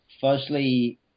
firstly